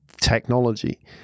technology